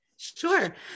sure